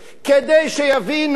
כדי שיבינו,